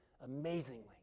amazingly